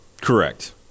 correct